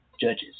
Judges